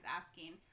asking